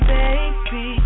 baby